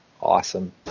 awesome